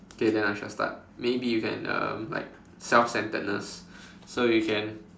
okay then I shall start maybe you can um like self centeredness so you can